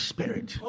Spirit